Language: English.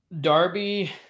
Darby